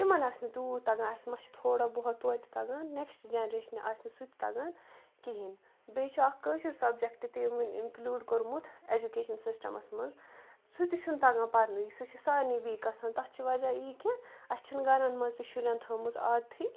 تِمَن آسہِ نہٕ تیوٗت تَگان اَسہِ مہ چھُ تھوڑا بہت توتہِ تَگان نٮ۪کٕسٹ جَنٛریٚشنہِ آسہِ نہٕ سُہ تہِ تَگان کِہیٖنۍ بیٚیہِ چھُ اَکھ کٲشُر سَبجَکٹ تہِ اِنکٕلوٗڈ کوٚرمُت اٮ۪جُکیشَن سِسٹَمَس مَنٛز سُہ تہِ چھُنہٕ تَگان پَرنُے سُہ چھُ سارنٕے یوییٖک گژھان تَتھ چھِ وَجہ یی کہِ اَسہِ چھُنہٕ گَرَن منٛز تہِ شُرٮ۪ن تھٲومٕژ آدتھٕے